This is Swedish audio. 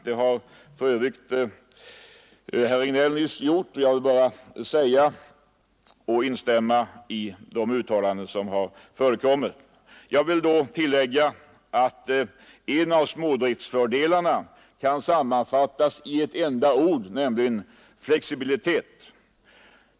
Det har för övrigt herr Regnéll nyss gjort, och jag vill här instämma i vad han uttalade. Jag vill tillägga att en av smådriftsfördelarna kan sammanfattas i ett enda ord — flexibilitet.